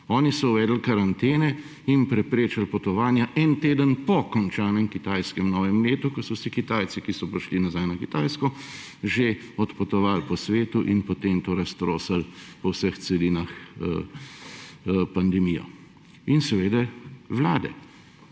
Oni so uvedli karantene in preprečil potovanja en teden po končanem kitajskem novem letu, ko so vsi Kitajci, ki so prišli nazaj na Kitajsko, že odpotoval po svetu in potem to raztrosili po vseh celinah, pandemijo. In seveda, vlade.